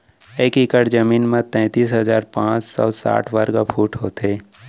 एक एकड़ जमीन मा तैतलीस हजार पाँच सौ साठ वर्ग फुट होथे